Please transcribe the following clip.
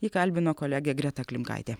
jį kalbino kolegė greta klimkaitė